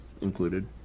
included